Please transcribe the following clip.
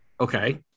Okay